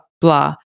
blah